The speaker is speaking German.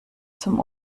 zum